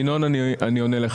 ינון, אני עונה לך.